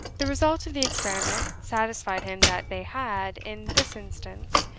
the result of the experiment satisfied him that they had, in this instance,